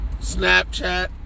Snapchat